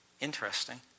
Interesting